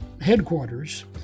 headquarters